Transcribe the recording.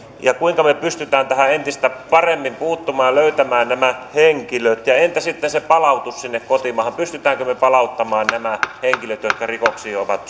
ja kuinka me pystymme tähän entistä paremmin puuttumaan ja löytämään nämä henkilöt entä sitten se palautus sinne kotimaahan pystymmekö me palauttamaan nämä henkilöt jotka rikoksiin ovat